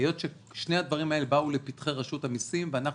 היות ששני הדברים האלה באו לפתחי רשות המסים ואנחנו